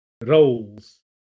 roles